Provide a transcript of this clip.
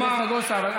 חבר הכנסת נגוסה,